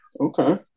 okay